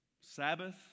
Sabbath